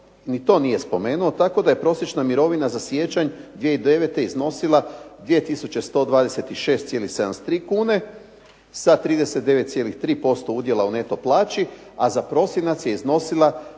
ni to nije spomenuo, tako da je prosječna mirovina za siječanj 2009. iznosila 2 tisuće 126,73 kune, sa 39,3% udjela u neto plaći, a za prosinac je iznosila